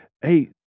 Hey